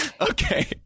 Okay